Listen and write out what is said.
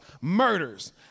murders